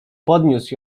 podniósł